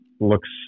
looks